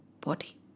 body